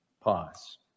Pause